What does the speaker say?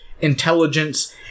intelligence